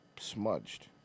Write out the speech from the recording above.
smudged